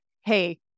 hey